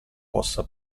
possa